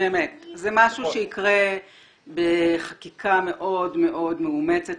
זה משהו שיקרה בחקיקה מאוד מאומצת.